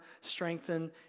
strengthen